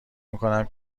میکنم